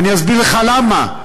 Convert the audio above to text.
ואסביר לך למה: